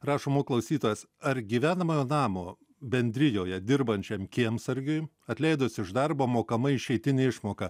rašo mum klausytojas ar gyvenamojo namo bendrijoje dirbančiam kiemsargiui atleidus iš darbo mokama išeitinė išmoka